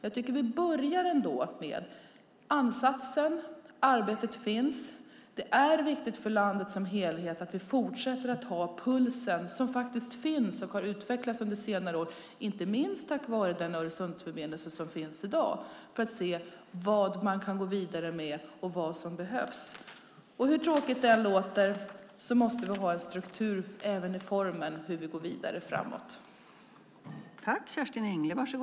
Jag tycker att vi ska börja med ansatsen, arbetet finns. Det är viktigt för landet som helhet att vi fortsätter att ta pulsen, som finns och har utvecklats under senare år inte minst tack vare den Öresundsförbindelse som i dag finns, för att se vad man kan gå vidare med och vad som behövs. Hur tråkigt det än låter måste vi ha en struktur även för formen beträffande hur vi går vidare.